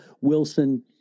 Wilson